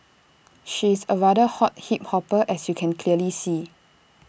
she's A rather hot hip hopper as you can clearly see